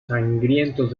sangrientos